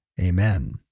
Amen